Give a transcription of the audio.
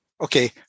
okay